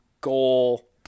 goal